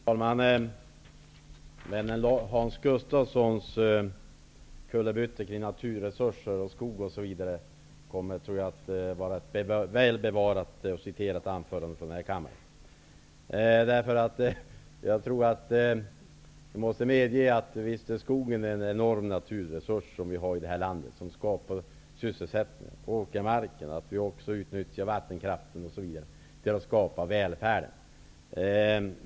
Fru talman! Vännen Hans Gustafssons kullerbyttor kring naturresurser, skog m.m. kommer, tror jag, att vara ett väl bevarat och citerat anförande från den här kammaren. Hans Gustafsson måste medge att skogen är en enorm naturresurs, liksom åkermarken, vattenkraften osv., som vi utnyttjar för att skapa sysselsättning och välfärd.